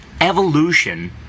Evolution